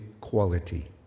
quality